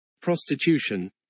prostitution